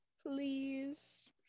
Please